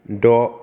द'